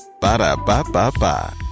Ba-da-ba-ba-ba